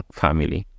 family